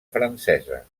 francesa